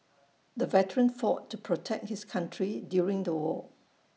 the veteran fought to protect his country during the war